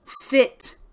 fit